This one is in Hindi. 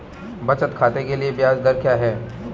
बचत खाते के लिए ब्याज दर क्या है?